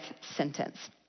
sentence